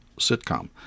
sitcom